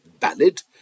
valid